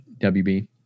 WB